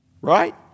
right